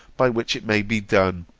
by which it may be done.